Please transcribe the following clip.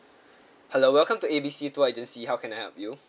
hello welcome to A B C tour agency how can I help you